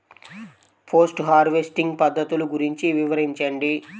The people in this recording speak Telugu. పోస్ట్ హార్వెస్టింగ్ పద్ధతులు గురించి వివరించండి?